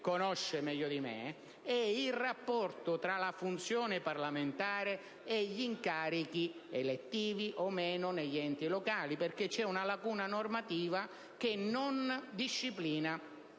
conosce meglio di me. Mi riferisco al rapporto tra la funzione parlamentare e gli incarichi elettivi, o meno, negli enti locali. C'è infatti una lacuna normativa che non disciplina